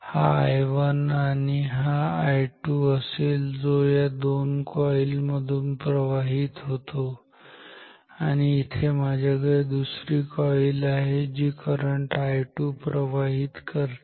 हा I1 आणि I2 हा असेल जो या दोन कॉईल मधून प्रवाहित होतो आणि इथे माझ्याकडे दुसरी दुसरी कॉईल आहे जी करंट I2 प्रवाहित करते